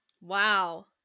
Wow